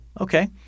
okay